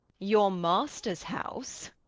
your master's house!